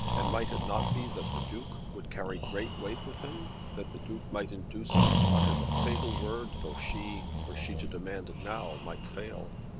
and might it not be that the duke would carry great weight with him that the duke might induce him to utter the fatal word though she, were she to demand it now, might fail?